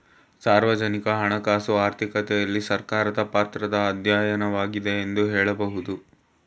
ಸಾರ್ವಜನಿಕ ಹಣಕಾಸು ಆರ್ಥಿಕತೆಯಲ್ಲಿ ಸರ್ಕಾರದ ಪಾತ್ರದ ಅಧ್ಯಯನವಾಗೈತೆ ಎಂದು ಹೇಳಬಹುದು